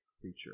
creature